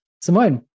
Simone